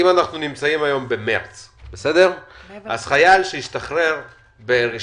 כרגע אנחנו מדברים על זה שקיים ממשק אוטומטי לחיילים בודדים